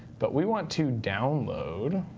but we want to download.